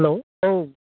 hello औ